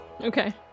Okay